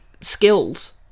skills